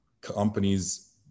companies